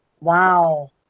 Wow